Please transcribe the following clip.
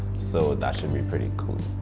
so that should be pretty cool.